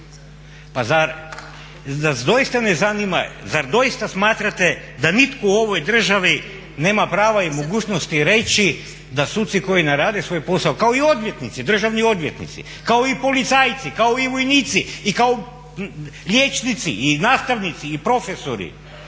Pa zar nas doista ne zanima, zar doista smatrate da nitko u ovoj državi nema prava i mogućnosti reći da suci koji ne rade svoj posao, kao i odvjetnici, državni odvjetnici, kao i policajci, kao i vojnici i kao liječnici i nastavnici i profesori